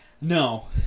no